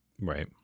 Right